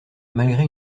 malgré